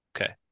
Okay